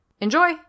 Enjoy